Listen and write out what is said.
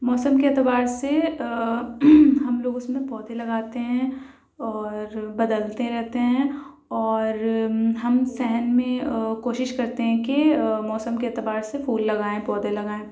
موسم کے اعتبار سے ہم لوگ اس میں پودھے لگاتے ہیں اور بدلتے رہتے ہیں اور ہم صحن میں کوشش کرتے ہیں کہ موسم کے اعتبار سے پھول لگائیں پودے لگائیں